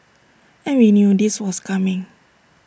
and we knew this was coming